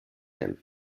him